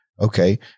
Okay